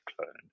clone